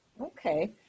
Okay